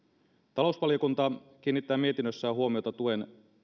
talousvaliokunta kiinnittää mietinnössään huomiota tuen